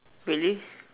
really